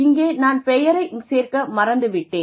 இங்கே நான் பெயரைச் சேர்க்க மறந்து விட்டேன்